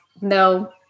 no